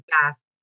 fast